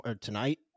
tonight